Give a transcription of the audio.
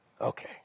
Okay